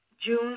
June